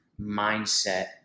mindset